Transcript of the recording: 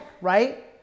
right